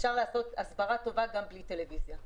ואפשר לעשות הסברה טובה גם בלי טלוויזיה,